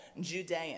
Judean